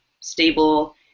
stable